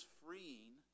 freeing